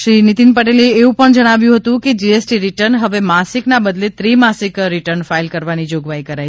શ્રી નીતીન પટેલે એવું પણ જણાવ્યું હતું કે જીએસટી રિર્ટન્સ હવે માસિકના બદલે ત્રિમાસિક રીર્ટન ફાઈલ કરવાની જોગવાઈ કરાઈ છે